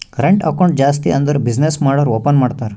current account ಜಾಸ್ತಿ ಅಂದುರ್ business ಮಾಡೂರು ಓಪನ್ ಮಾಡ್ತಾರ